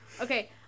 Okay